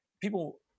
people